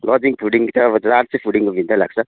lodging fooding चाहिँ अब charge चाहिँ फुडिङको भिन्नै लाग्छ